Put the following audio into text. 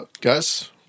guys